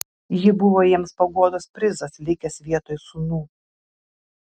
ji buvo jiems paguodos prizas likęs vietoj sūnų